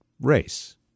race